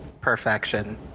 perfection